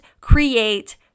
create